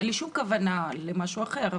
אין לי שום כוונה למשהו אחר,